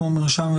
כמו מרשם,